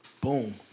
Boom